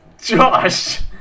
Josh